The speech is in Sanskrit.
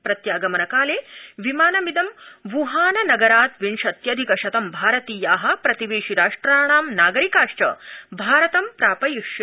प्रत्यागमन काले विमानमिदं व्हान नगरात् विंशत्यधिक शतं भारतीया प्रतिवेशि राष्ट्राणां नागरिकाश्च भारतम् प्रापयिष्यति